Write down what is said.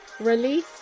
Release